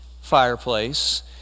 fireplace